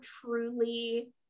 truly